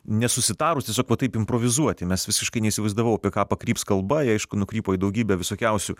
nesusitarus tiesiog va taip improvizuoti mes visiškai neįsivaizdavau apie ką pakryps kalba ji aišku nukrypo į daugybę visokiausių